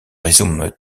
rhizome